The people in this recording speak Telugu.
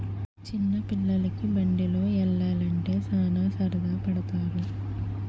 చిన్న పిల్లోలికి బండిలో యల్లాలంటే సాన సరదా పడతారు